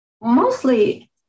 Mostly